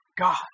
God